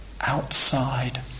outside